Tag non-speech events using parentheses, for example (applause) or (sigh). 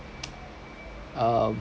(noise) um